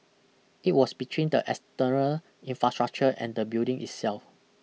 it was between the exterior infrastructure and the building itself